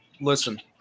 Listen